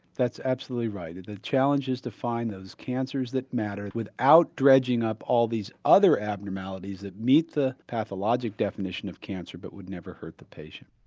that's absolutely right. the challenge is to find the cancers that matter without dredging up all these other abnormalities that meet the pathologic definition of cancer but would never hurt the patient.